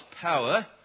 power